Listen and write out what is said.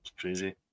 crazy